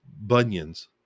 Bunyan's